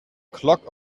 clock